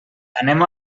anem